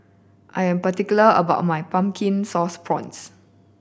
I am particular about my Pumpkin Sauce Prawns